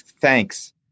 thanks